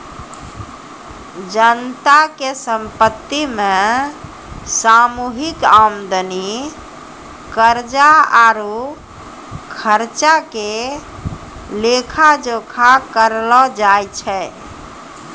जनता के संपत्ति मे सामूहिक आमदनी, कर्जा आरु खर्चा के लेखा जोखा करलो जाय छै